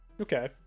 Okay